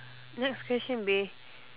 next question bae